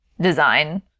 design